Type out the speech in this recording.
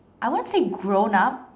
I won't say grown up